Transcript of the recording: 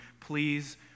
Please